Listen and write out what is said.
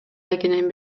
экенин